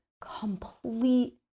complete